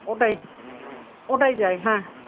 ওটাই ওটাই যাই হ্যাঁ